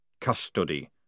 Custody